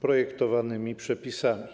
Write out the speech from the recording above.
projektowanymi przepisami.